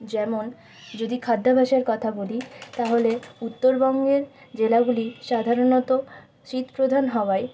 যেমন যদি খাদ্যাভাসের কথা বলি তাহলে উত্তরবঙ্গের জেলাগুলি সাধারণত শীতপ্রধান হওয়ায়